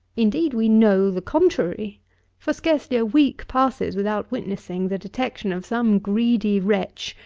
indeed, we know the contrary for scarcely a week passes without witnessing the detection of some greedy wretch,